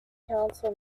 council